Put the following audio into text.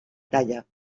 talla